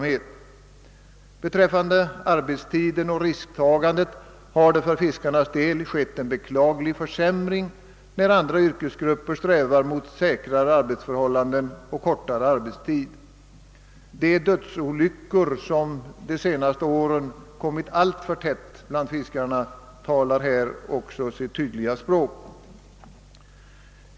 Vad beträf far arbetstiden och risktagandet har det för fiskarnas del ägt rum en beklaglig försämring, när andra grupper strävar mot säkrare arbetsförhållanden och kortare arbetstid. De dödsolyckor bland fiskarna, som under de senaste åren inträffat alltför tätt, talar också sitt tydliga språk.